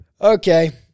Okay